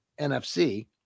NFC